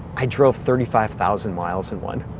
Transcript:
i drove thirty five thousand miles in one.